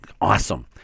Awesome